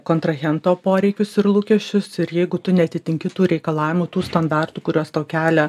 kontrahento poreikius ir lūkesčius ir jeigu tu neatitinki tų reikalavimų tų standartų kuriuos tau kelia